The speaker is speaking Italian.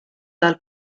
dal